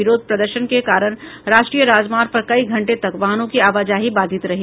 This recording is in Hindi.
विरोध प्रदर्शन के कारण राष्ट्रीय राजमार्ग पर कई घंटे तक वाहनों की आवाजाही बाधित रही